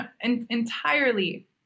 entirely